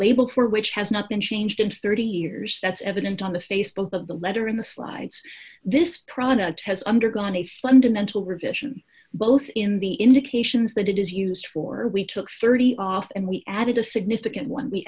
label for which has not been changed in thirty years that's evident on the face book of the letter in the slides this product has undergone a fundamental revision both in the indications that it is used for we took thirty off and we added a significant one we